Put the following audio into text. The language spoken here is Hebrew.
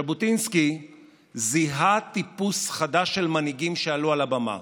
ז'בוטינסקי זיהה טיפוס חדש של מנהיגים שעלו על הבמה.